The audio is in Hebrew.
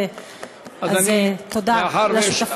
אז תודה על השותפות.